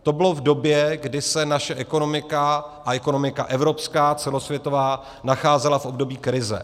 To bylo v době, kdy se naše ekonomika a ekonomika evropská celosvětová nacházela v období krize.